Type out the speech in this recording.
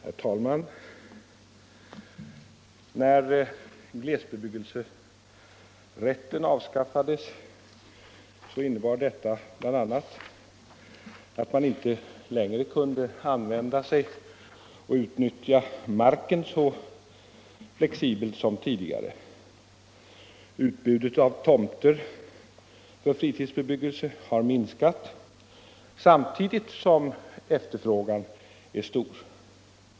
Herr talman! När glesbebyggelserätten avskaffades innebar detta bl.a. att man inte längre kunde utnyttja marken så flexibelt som tidigare. Utbudet av tomter för fritidsbebyggelse har minskat samtidigt som efterfrågan är stor.